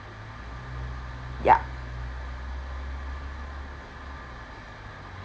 ya